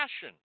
passion